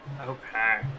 Okay